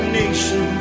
nation